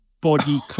body